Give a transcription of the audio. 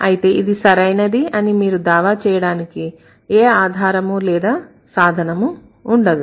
అయితే ఇది సరైనది అని మీరు దావా చేయడానికి ఏ ఆధారము లేదా సాధనము ఉండదు